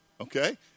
Okay